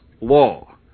law